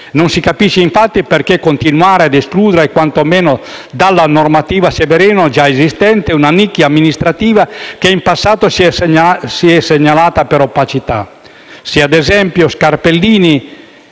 Non si capisce, infatti, perché continuare a escludere, quanto meno dalla normativa Severino già esistente, una nicchia amministrativa che in passato si è segnalata per opacità.